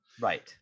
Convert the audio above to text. Right